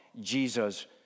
Jesus